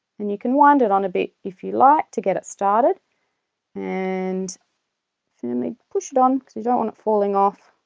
and you can wind it on a bit if you like to get it started and firmly push it on as you don't want it falling off